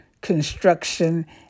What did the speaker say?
construction